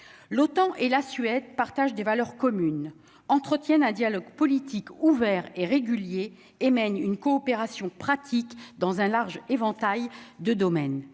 l'OTAN et la Suède, partage des valeurs communes, entretiennent un dialogue politique ouvert et régulier et mène une coopération pratique dans un large éventail de domaines